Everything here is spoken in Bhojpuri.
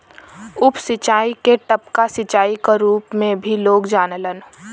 उप सिंचाई के टपका सिंचाई क रूप में भी लोग जानलन